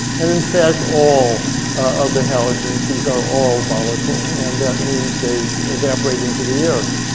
and in fact, all of the halogens, these are all volatile and that means they evaporate into the air.